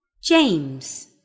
James